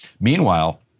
Meanwhile